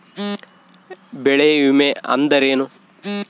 ಬೆಳೆ ವಿಮೆ ಅಂದರೇನು?